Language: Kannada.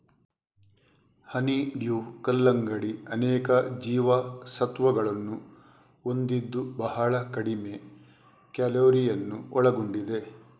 ಹನಿಡ್ಯೂ ಕಲ್ಲಂಗಡಿ ಅನೇಕ ಜೀವಸತ್ವಗಳನ್ನು ಹೊಂದಿದ್ದು ಬಹಳ ಕಡಿಮೆ ಕ್ಯಾಲೋರಿಯನ್ನು ಒಳಗೊಂಡಿದೆ